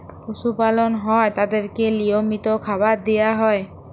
পশু পালল হ্যয় তাদেরকে লিয়মিত খাবার দিয়া হ্যয়